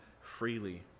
freely